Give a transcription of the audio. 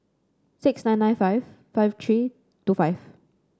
six nine nine five five three two five